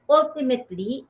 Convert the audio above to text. Ultimately